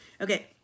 okay